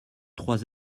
trois